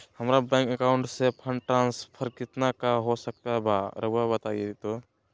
हमरा bank account से fund transfer कितना का हो सकल बा रुआ बताई तो?